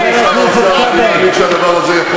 אני ושר האוצר מאמינים שהדבר הזה יכול